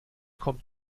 kommt